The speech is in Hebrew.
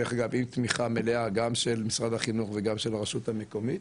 דרך אגב עם תמיכה מלאה גם של משרד החינוך וגם של הרשות המקומית,